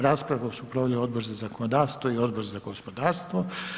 Raspravu su proveli Odbor za zakonodavstvo i Odbor za gospodarstvo.